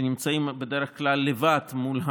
שנמצאים בדרך כלל לבד מול היזמים.